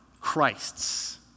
Christ's